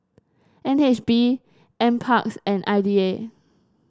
N H B NParks and I D A